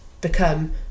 become